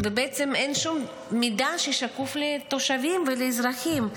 ובעצם אין שום מידע ששקוף לתושבים ולאזרחים.